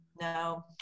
No